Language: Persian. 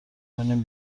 کنیم